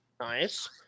Nice